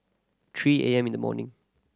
three A M in the morning